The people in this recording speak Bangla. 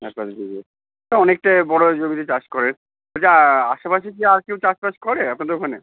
আঠাশ বিঘে তা অনেকটাই বড়ো জমিতে চাষ করেন আচ্ছা আশেপাশের যে আর কেউ চাষবাস করে আপনাদের ওখানে